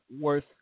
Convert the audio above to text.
worth